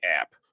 app